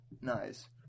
Nice